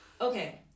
Okay